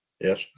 yes